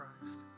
Christ